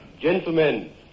Gentlemen